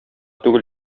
түгел